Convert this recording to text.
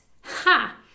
ha